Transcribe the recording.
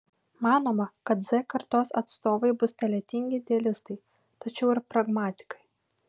manoma kad z kartos atstovai bus talentingi idealistai tačiau ir pragmatikai